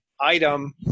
item